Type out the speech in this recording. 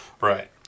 Right